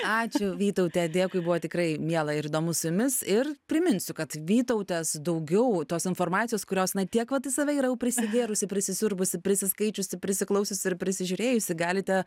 ačiū vytaute dėkui buvo tikrai miela ir įdomu su jumis ir priminsiu kad vytautės daugiau tos informacijos kurios na tiek vat į save yra jau prisigėrusi prisisiurbusi prisiskaičiusi prisiklausiusi ir prisižiūrėjusi galite